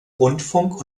rundfunk